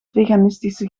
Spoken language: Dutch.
veganistische